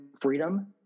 freedom